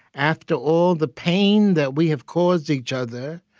after all the pain that we have caused each other,